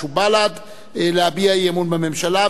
גאלב מג'אדלה,